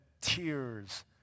tears